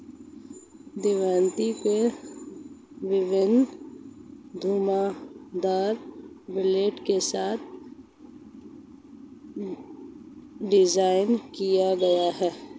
दरांती को विभिन्न घुमावदार ब्लेड के साथ डिज़ाइन किया गया है